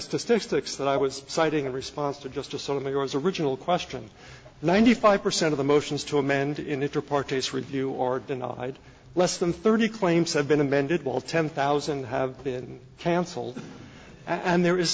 statistics that i was citing in response to just to some of those original question ninety five percent of the motions to amend in it parties review are denied less than thirty claims have been amended while ten thousand have been cancelled and there is